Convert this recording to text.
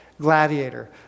Gladiator